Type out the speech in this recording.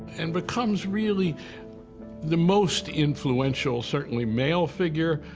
and becomes really the most influential, certainly male figure,